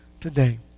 today